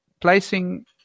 Placing